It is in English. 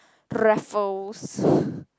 Raffles